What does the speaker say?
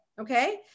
Okay